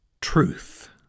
truth